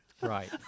Right